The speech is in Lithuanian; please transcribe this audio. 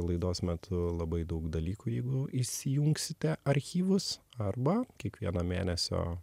laidos metu labai daug dalykų jeigu įsijungsite archyvus arba kiekvieno mėnesio